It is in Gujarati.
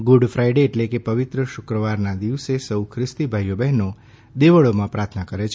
ગુડ ફાઇડે એટલે કે પવિત્ર શુક્રવારના દિવસે સૌ ખ્રિસ્તી ભાઈ બહેનો પ્રાર્થના કરે છે